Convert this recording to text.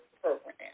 program